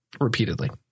repeatedly